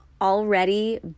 already